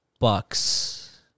Bucks